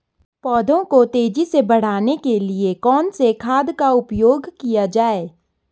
पौधों को तेजी से बढ़ाने के लिए कौन से खाद का उपयोग किया जाए?